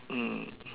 mm